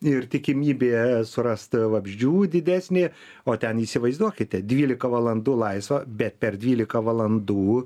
ir tikimybė surast vabzdžių didesnė o ten įsivaizduokite dvylika valandų laisva bet per dvylika valandų